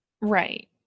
Right